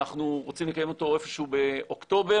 אנחנו רוצים לקיים אותו איפשהו באוקטובר.